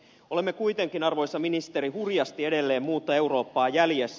olemme kuitenkin arvoisa ministeri hurjasti edelleen muuta eurooppaa jäljessä